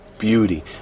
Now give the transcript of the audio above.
beauty